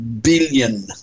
billion